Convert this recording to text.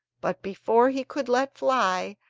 but, before he could let fly,